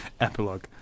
epilogue